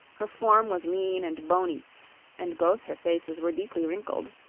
her form was lean and bony and both her faces were deeply wrinkled.